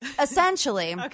Essentially